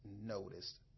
noticed